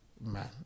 man